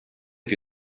più